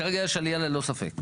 כרגע יש עלייה ללא ספק.